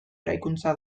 eraikuntza